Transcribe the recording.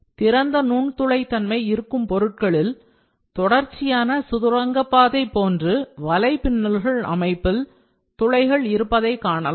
திறந்த நுண்துளை தன்மை இருக்கும் பொருட்களில் தொடர்ச்சியான சுரங்கப்பாதை போன்று வலைப்பின்னல்கள் அமைப்பில் துளைகள் இருப்பதை காணலாம்